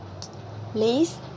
Please